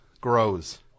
grows